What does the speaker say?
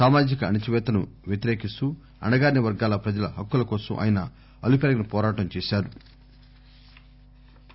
సామాజిక అణవిపేతను వ్యతిరికిస్తూ అణగారిన వర్గాల ప్రజల హక్కుల కోసం ఆయన అలుపెరుగని ఏోరాటం చేసారు